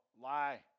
lie